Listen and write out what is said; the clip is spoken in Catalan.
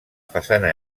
façana